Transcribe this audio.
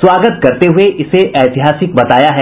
स्वागत करते हुए इसे ऐतिहासिक बताया है